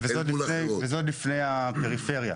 וזה עוד לפני שדיברנו על הפריפריה,